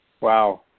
Wow